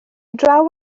draw